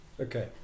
okay